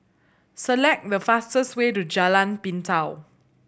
select the fastest way to Jalan Pintau